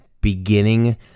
beginning